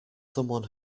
someone